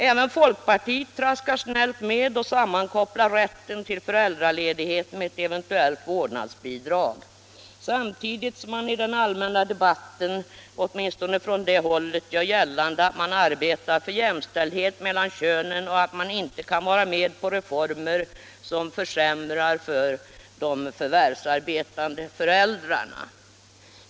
Även folkpartiet traskar snällt med och sammankopplar rätten till föräldraledighet med ett eventuellt vårdnadsbidrag. Samtidigt gör man i den allmänna debatten gällande att man arbetar för jämställdhet mellan könen och att man inte kan vara med på reformer som försämrar för de förvärvsarbetande föräldrarna.